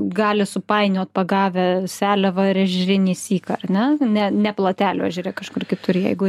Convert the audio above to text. gali supainiot pagavę seliavą ar ežerinį syką ar ne ne ne platelių ežere kažkur kitur jeigu